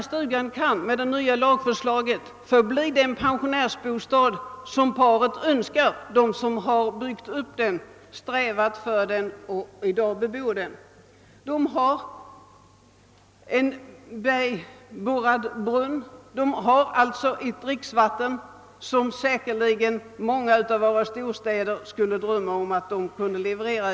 Stugan kan, om det nya lagförslaget antas, förbli pensionärsbostad för det äkta par som byggt den och i dag bebor den. De har en bergborrad brunn och får därmed ett dricksvatten, som säkerligen många av våra storstäder skulle drömma om att kunna leverera.